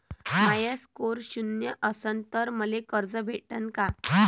माया score शून्य असन तर मले कर्ज भेटन का?